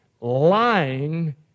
lying